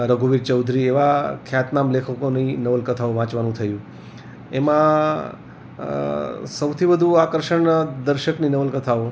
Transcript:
રઘુવીર ચૌધરી એવા ખ્યાતનામ લેખકોની નવલકથાઓ વાંચવાનું થયું એમાં સૌથી વધુ આકર્ષણ દર્શકની નવલકથાઓ